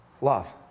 love